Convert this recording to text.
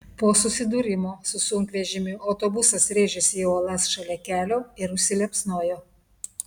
po susidūrimo su sunkvežimiu autobusas rėžėsi į uolas šalia kelio ir užsiliepsnojo